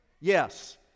Yes